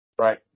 Right